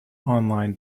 online